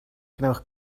gwnewch